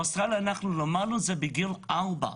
באוסטרליה למדנו את זה בגיל ארבע,